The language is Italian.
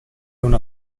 una